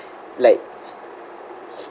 like